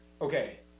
okay